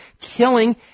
killing